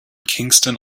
kingston